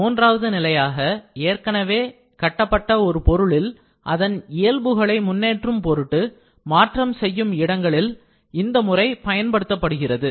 மூன்றாவது நிலையாக ஏற்கனவே இருக்கும் ஒரு கட்டில் அதன் இயல்புகளை முன்னேற்றும் பொருட்டு மாற்றம் செய்யும் இடங்களில் இந்த முறை பயன்படுத்தப்படுகின்றது